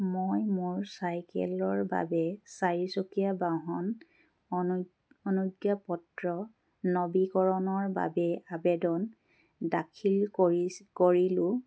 মই মোৰ চাইকেলৰ বাবে চাৰিচকীয়া বাহন অনুজ্ঞাপত্ৰ নৱীকৰণৰ বাবে আবেদন দাখিল কৰিলোঁ